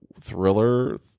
thriller